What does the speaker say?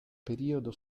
periodo